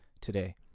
today